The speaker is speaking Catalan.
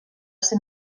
ser